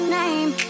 name